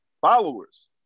followers